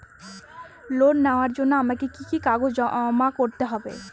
Loan নেওয়ার জন্য আমাকে কি কি কাগজ জমা করতে হবে?